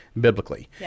biblically